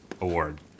award